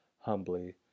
humbly